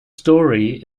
story